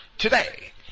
Today